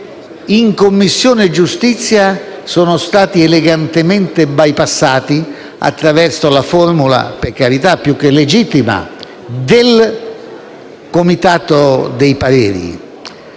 in Commissione giustizia sono stati elegantemente bypassati attraverso la formula - per carità, più che legittima - del comitato dei pareri.